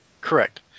Correct